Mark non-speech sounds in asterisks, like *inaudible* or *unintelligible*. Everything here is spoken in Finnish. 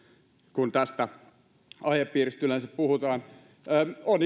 kun tästä aihepiiristä yleensä puhutaan minusta on *unintelligible*